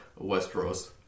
Westeros